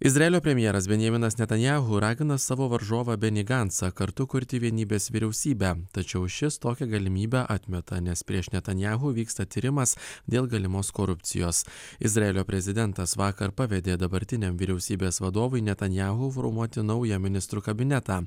izraelio premjeras benjaminas netanyahu ragina savo varžovą benį gancą kartu kurti vienybės vyriausybę tačiau šis tokią galimybę atmeta nes prieš netanyahu vyksta tyrimas dėl galimos korupcijos izraelio prezidentas vakar pavedė dabartiniam vyriausybės vadovui netanyahu formuoti naują ministrų kabinetą